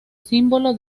símbolo